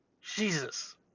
Jesus